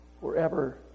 forever